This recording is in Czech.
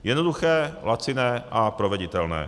Jednoduché, laciné a proveditelné.